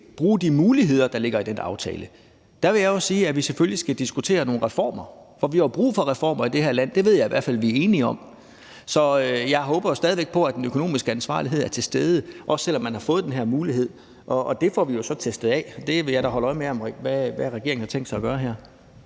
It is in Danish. bruge de muligheder, der ligger i den aftale. Der ville jeg jo sige, at vi selvfølgelig skal diskutere nogle reformer, for vi har brug for reformer i det her land. Det ved jeg i hvert fald at vi er enige om. Så jeg håber stadig væk på, at den økonomiske ansvarlighed er til stede, også selv om man har fået den her mulighed. Det får vi jo så testet. Jeg vil da holde øje med, hvad regeringen har tænkt sig at gøre.